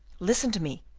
listen to me,